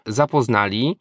zapoznali